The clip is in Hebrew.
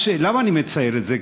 למה אני מציין את זה?